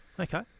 Okay